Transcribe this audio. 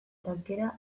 tankera